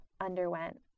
underwent